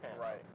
Right